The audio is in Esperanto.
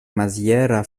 maziera